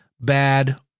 bad